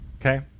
okay